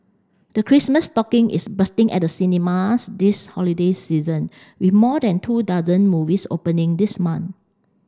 the Christmas stocking is bursting at the cinemas this holiday season with more than two dozen movies opening this month